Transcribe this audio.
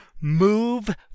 move